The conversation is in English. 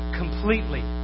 completely